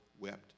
wept